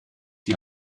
die